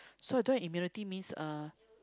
so I don't have immunity means uh